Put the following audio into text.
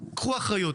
קחו אחריות.